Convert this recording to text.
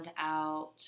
out